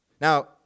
Now